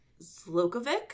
Zlokovic